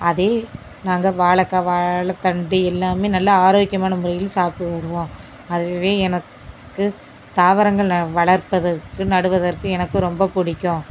அதே நாங்கள் வாழை காய் வாழைத்தண்டு எல்லாமே நல்ல ஆரோக்கியமான முறையில் சாப்பிட்டு வருவோம் அதுவே எனக்கு தாவரங்கள் ந வளர்ப்பதற்கு நடுவதற்கு எனக்கு ரொம்ப பிடிக்கும்